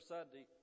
Sunday